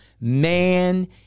man